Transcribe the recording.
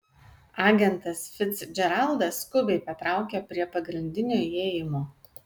agentas ficdžeraldas skubiai patraukia prie pagrindinio įėjimo